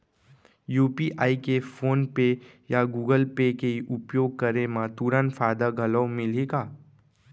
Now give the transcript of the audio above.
UPI के PhonePe या Google pay के उपयोग करे म तुरंत फायदा घलो मिलही का?